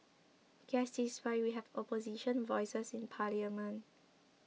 guess this is why we have opposition voices in parliament